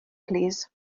plîs